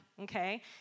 okay